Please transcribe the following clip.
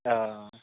औ